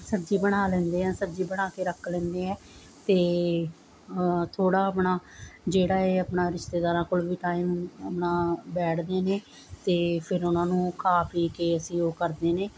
ਸਬਜ਼ੀ ਬਣਾ ਲੈਂਦੇ ਆ ਸਬਜ਼ੀ ਬਣਾ ਕੇ ਰੱਖ ਲੈਂਦੇ ਆ ਅਤੇ ਥੋੜ੍ਹਾ ਆਪਣਾ ਜਿਹੜਾ ਇਹ ਆਪਣਾ ਰਿਸ਼ਤੇਦਾਰਾਂ ਕੋਲ ਵੀ ਟਾਈਮ ਆਪਣਾ ਬੈਠਦੇ ਨੇ ਅਤੇ ਫਿਰ ਉਹਨਾਂ ਨੂੰ ਖਾ ਪੀ ਕੇ ਅਸੀਂ ਉਹ ਕਰਦੇ ਨੇ